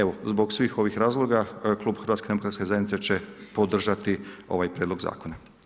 Evo zbog svih ovih razloga klub Hrvatske demokratske zajednice će podržati ovaj prijedlog zakona.